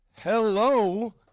hello